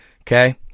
okay